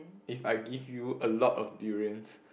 if I give you a lot of durians